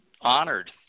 honored